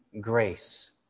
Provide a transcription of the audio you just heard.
grace